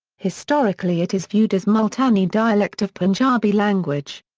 historically it is viewed as multani dialect of punjabi language.